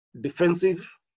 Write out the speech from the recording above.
defensive